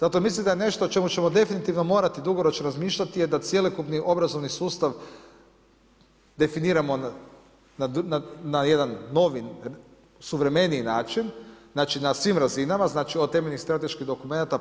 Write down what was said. Zato mislim da nešto o čemu ćemo definitivno morati dugoročno razmišljati je da cjelokupni obrazovni sustav definiramo na jedan novi, suvremeniji način na svim razinama od temeljnih strateških dokumenata